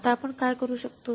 आता आपण काय करू शकतो